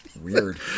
Weird